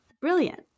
brilliant